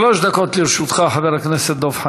שלוש דקות לרשותך, חבר הכנסת דב חנין.